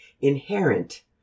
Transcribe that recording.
inherent